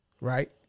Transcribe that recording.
right